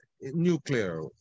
nuclear